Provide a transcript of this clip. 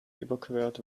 überquert